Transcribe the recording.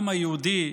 עבורנו, העם היהודי,